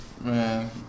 Man